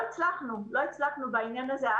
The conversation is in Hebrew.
לא הצלחנו בעניין הזה.